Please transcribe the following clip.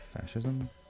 Fascism